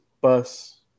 bus